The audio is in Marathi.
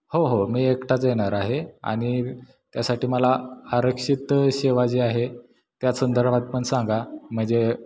हो हो मी एकटाच येणार आहे आणि त्यासाठी मला आरक्षित सेवा जी आहे त्या संदर्भात पण सांगा म्हणजे